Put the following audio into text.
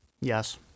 Yes